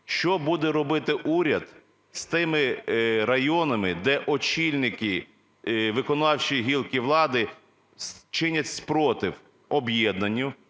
Що буде робити уряд з тими районами, де очільники виконавчої гілки влади чинять спротив об'єднанню,